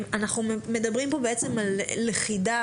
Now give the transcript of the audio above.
אנחנו מדברים פה בעצם על לכידה,